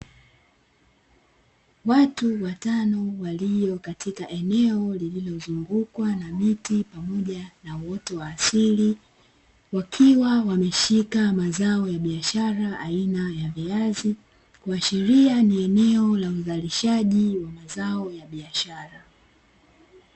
Watu watano walio katika eneo lililozungukwa na miti pamoja na uoto wa asili, wakiwa wameshika mazao ya biashara aina ya viazi, kuashiria ni eneo la uzalishaji wa mazao ya biashara.